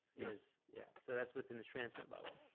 yes. yeah, so that's within the transmit level